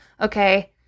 Okay